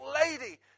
lady